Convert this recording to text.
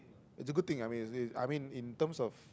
it's a good thing I mean it's it's I mean in terms of